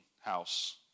house